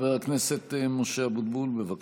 חבר הכנסת משה אבוטבול, בבקשה.